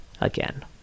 again